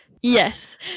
Yes